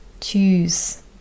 Choose